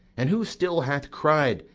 and who still hath cried,